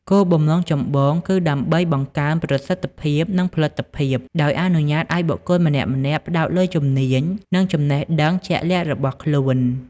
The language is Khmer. គោលបំណងចម្បងគឺដើម្បីបង្កើន ប្រសិទ្ធភាព និង ផលិតភាព ដោយអនុញ្ញាតឱ្យបុគ្គលម្នាក់ៗផ្តោតលើជំនាញ និងចំណេះដឹងជាក់លាក់របស់ខ្លួន។